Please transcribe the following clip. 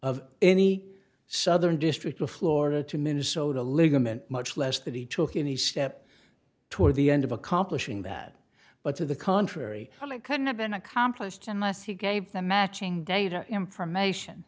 of any southern district of florida to minnesota ligament much less that he took any steps toward the end of accomplishing that but to the contrary really couldn't have been accomplished unless he gave the matching data information